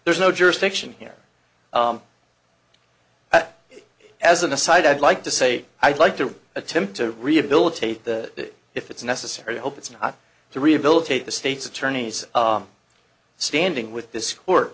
there's no jurisdiction here that as an aside i'd like to say i'd like to attempt to rehabilitate that if it's necessary i hope it's not to rehabilitate the state's attorney's standing with this court